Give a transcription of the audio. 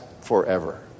forever